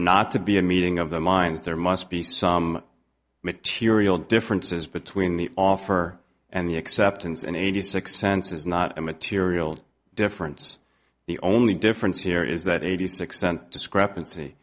not to be a meeting of the minds there must be some material differences between the offer and the acceptance and eighty six cents is not a material difference the only difference here is that eighty six cent discrepancy